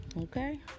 okay